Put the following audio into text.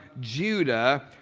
Judah